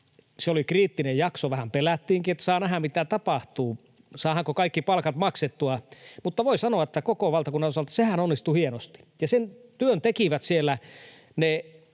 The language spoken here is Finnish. se oli kriittinen jakso. Vähän pelättiinkin, että saa nähdä, mitä tapahtuu, saadaanko kaikki palkat maksettua, mutta voi sanoa, että koko valtakunnan osalta sehän onnistui hienosti. Ja sen työn tekivät siellä ne